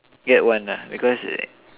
get one ah because like